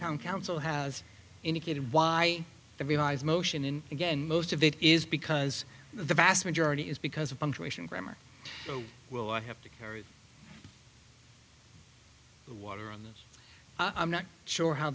town council has indicated why they realize motion and again most of it is because the vast majority is because of punctuation grammar so will i have to the water on this i'm not sure how